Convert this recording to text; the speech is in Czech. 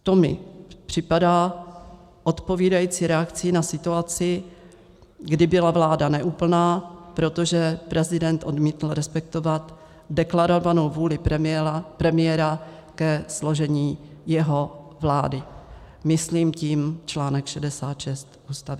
To mi připadá odpovídající reakcí na situaci, kdy byla vláda neúplná, protože prezident odmítl respektovat deklarovanou vůli premiéra ke složení jeho vlády, myslím tím článek 66 Ústavy.